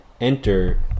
enter